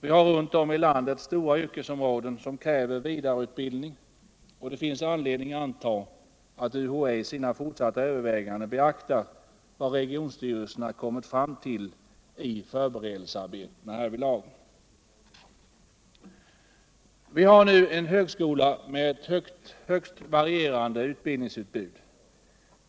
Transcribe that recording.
Vi har runt om i landet stora yrkesområden som kräver vidareutbildning, och det finns anledning anta att UHÄ i sina fortsatta överväganden beaktar vad regionstyrelserna härvidlag kommit fram till i förberedelsearbetet. Vi har nu en högskola med ett högst varierande utbildningsutbud.